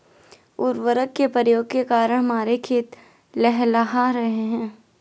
उर्वरक के प्रयोग के कारण हमारे खेत लहलहा रहे हैं